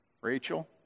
Rachel